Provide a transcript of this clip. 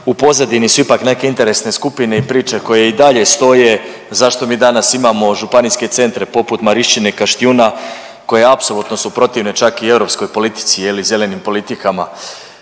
u pozadini su ipak neke interesne skupine i priče koje i dalje stoje zašto mi danas imamo županijske centre poput Marišćine i Kaštijuna koji apsolutno su protivne čak i europskoj politici i zelenim politikama.